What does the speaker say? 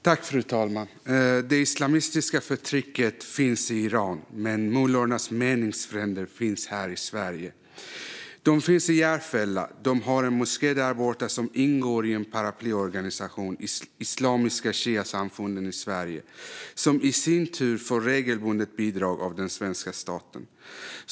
Fru talman! Det islamistiska förtrycket finns i Iran, men mullornas meningsfränder finns även här i Sverige. De finns i Järfälla. De har en moské där borta som ingår i en paraplyorganisation, Islamiska Shiasamfunden i Sverige, som i sin tur regelbundet får bidrag av den svenska staten.